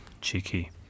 Cheeky